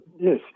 yes